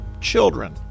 children